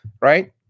right